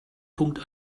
punkt